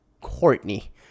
Courtney